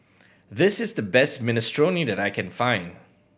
this is the best Minestrone that I can find